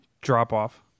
drop-off